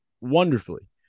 wonderfully